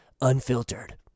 unfiltered